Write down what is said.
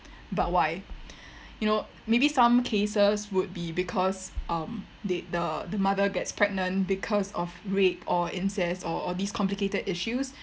but why you know maybe some cases would be because um th~ the the mother gets pregnant because of rape or incest or or these complicated issues